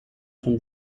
von